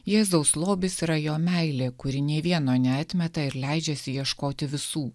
jėzaus lobis yra jo meilė kuri nei vieno neatmeta ir leidžiasi ieškoti visų